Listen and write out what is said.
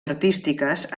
artístiques